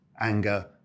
anger